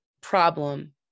problem